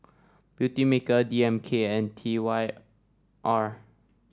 Beautymaker D M K and T Y R